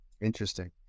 Interesting